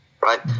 right